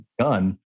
gun